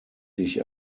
sich